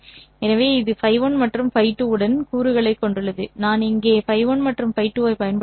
எனவே இது ϕ1 மற்றும் ϕ2 உடன் கூறுகளைக் கொண்டுள்ளது நான் இங்கே ϕ1 மற்றும் ϕ2 ஐப் பயன்படுத்தினேன்